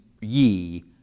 ye